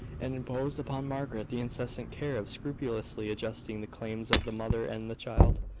and imposed upon margaret the incessant care of scrupulously adjusting the claims of the mother and the child.